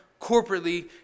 corporately